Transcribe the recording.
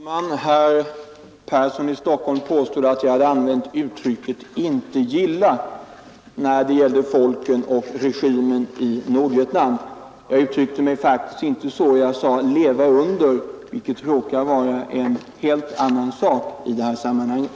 Herr talman! Herr Persson i Stockholm påstod att jag hade använt uttrycket ”inte gilla” när det gällde folken och regimen i Nordvietnam. Jag uttryckte mig faktiskt inte så. Jag sade ”leva under”. Det råkar vara en helt annan sak i det här sammanhanget.